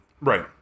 Right